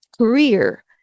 career